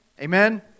Amen